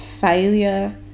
failure